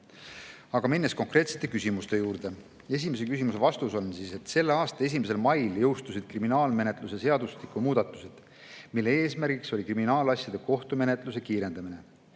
Aga nüüd konkreetsete küsimuste juurde. Esimese küsimuse vastus on, et selle aasta 1. mail jõustusid kriminaalmenetluse seadustiku muudatused, mille eesmärk on kriminaalasjade kohtumenetluse kiirendamine.